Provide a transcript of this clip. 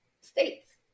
states